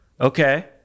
okay